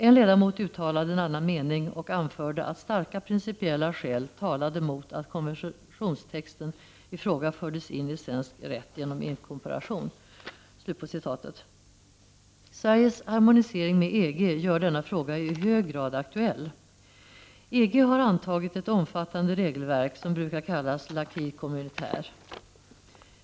En ledamot uttalade en annan mening och anförde att starka principiella skäl talade mot att konventionstexten i fråga fördes in i svensk rätt genom inkorporation.” Sveriges harmonisering med EG gör denna fråga i hög grad aktuell. EG har antagit ett omfattande regelverk som brukar kallas 'acquis communautaire.